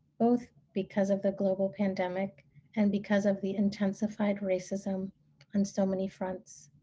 both because of the global pandemic and because of the intensified racism on so many fronts.